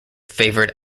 favored